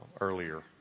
earlier